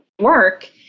work